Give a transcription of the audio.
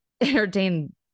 entertain